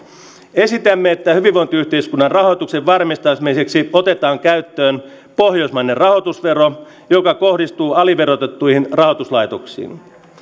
esitämme että hyvinvointiyhteiskunnan rahoituksen varmistamiseksi otetaan käyttöön pohjoismainen rahoitusvero joka kohdistuu aliverotettuihin rahoituslaitoksiin